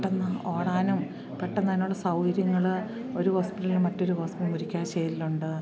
പെട്ടെന്ന് ഓടാനും പെട്ടെന്നതിനുള്ള സൗകര്യങ്ങൾ ഒരു ഹോസ്പിറ്റൽ അല്ലെങ്കിൽ മറ്റൊരു ഹോസ്പിറ്റൽ മുരിക്കാശ്ശേരിയിലുണ്ട്